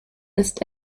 ist